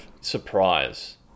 surprise